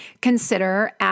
consider